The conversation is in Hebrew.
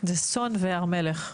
לימור סון הר מלך (עוצמה יהודית): זה סון והר מלך,